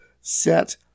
set